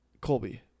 Colby